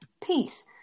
peace